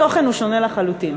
התוכן הוא שונה לחלוטין.